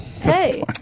Hey